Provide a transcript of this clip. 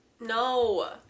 No